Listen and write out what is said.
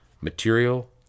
material